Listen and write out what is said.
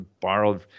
borrowed